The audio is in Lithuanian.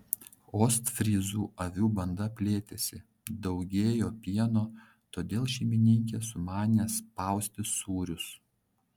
ostfryzų avių banda plėtėsi daugėjo pieno todėl šeimininkė sumanė spausti sūrius